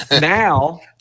now